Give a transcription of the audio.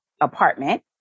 apartment